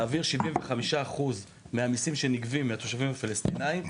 להעביר 75 אחוזים מהמיסים שנגבים מהפלסטינים,